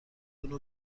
اونو